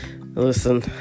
listen